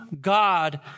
God